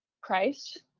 Christ